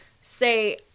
say